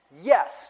Yes